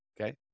Okay